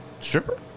Stripper